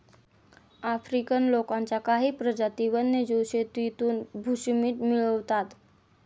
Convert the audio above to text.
African लोकांच्या काही प्रजाती वन्यजीव शेतीतून बुशमीट मिळवतात